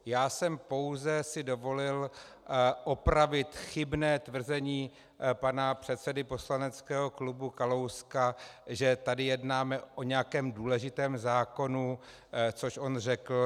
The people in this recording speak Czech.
Já jsem si pouze dovolil opravit chybné tvrzení pana předsedy poslaneckého klubu Kalouska, že tady jednáme o nějakém důležitém zákonu, což on řekl.